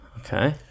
Okay